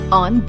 on